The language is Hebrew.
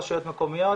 רשויות מקומיות,